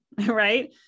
right